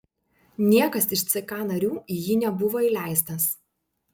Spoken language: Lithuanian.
niekas iš ck narių į jį nebuvo įleistas